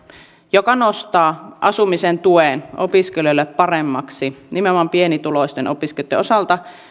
joka nostaa asumisen tuen opiskelijoille paremmaksi nimenomaan pienituloisten opiskelijoitten osalta